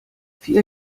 vier